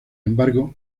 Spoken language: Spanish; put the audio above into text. embargo